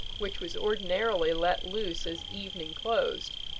which was ordinarily let loose as evening closed,